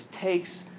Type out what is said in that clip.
takes